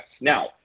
Now